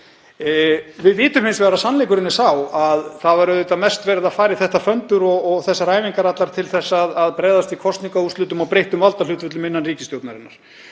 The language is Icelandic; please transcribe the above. Við vitum hins vegar að sannleikurinn er sá að það var auðvitað mest verið að fara í þetta föndur og þessar æfingar allar til þess að bregðast við kosningaúrslitum og breyttum valdahlutföllum innan ríkisstjórnarinnar.